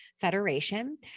Federation